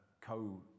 co